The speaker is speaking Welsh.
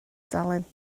dalent